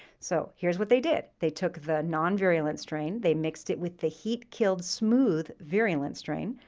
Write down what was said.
so here's what they did. they took the non-virulent strain. they mixed it with the heat-killed smooth virulent strain.